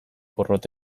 porrot